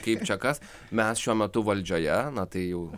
kaip čia kas mes šiuo metu valdžioje na tai jau